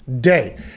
day